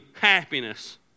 happiness